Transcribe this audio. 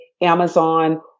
Amazon